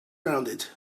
rounded